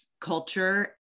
culture